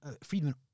Friedman